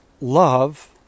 love